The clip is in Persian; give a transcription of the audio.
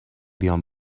بیام